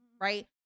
Right